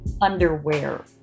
Underwear